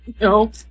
No